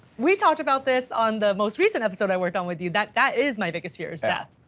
we talked about this on the most recent episode i worked on with you that, that is my biggest fear, is death.